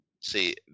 see